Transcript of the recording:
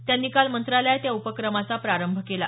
त्यांनी काल मंत्रालयात या उपक्रमाचा प्रारंभ केला